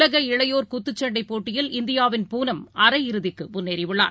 உலக இளையோர் குத்துச்சண்டைபோட்டியில் இந்தியாவின் பூனம் அரையிறுதிக்குமுன்னேறியுள்ளார்